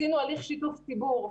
עשינו הליך שיתוף ציבור.